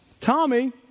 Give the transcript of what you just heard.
Tommy